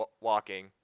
walking